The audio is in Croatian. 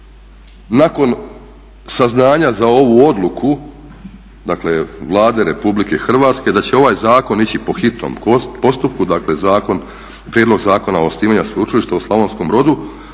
nakon saznanja za ovu odluku dakle Vlade Republike Hrvatske da će ovaj zakon ići po hitnom postupku, dakle Prijedlog zakona o osnivanju sveučilišta u Slavonskom Brodu